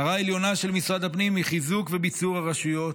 מטרה עליונה של משרד הפנים היא חיזוק וביצור הרשויות,